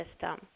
system